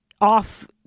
off